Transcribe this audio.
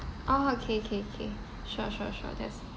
orh K K K sure sure sure that's